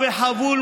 חבר הכנסת פורר,